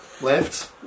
left